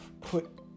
put